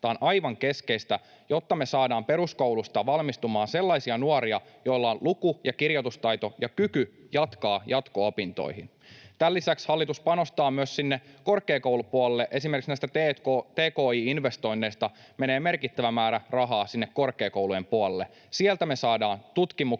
Tämä on aivan keskeistä, jotta me saadaan peruskoulusta valmistumaan sellaisia nuoria, joilla on luku‑ ja kirjoitustaito ja kyky jatkaa jatko-opintoihin. Tämän lisäksi hallitus panostaa myös korkeakoulupuolelle. Esimerkiksi näistä tki-investoinneista menee merkittävä määrä rahaa sinne korkeakoulujen puolelle. Sieltä me saadaan tutkimukseen